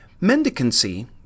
mendicancy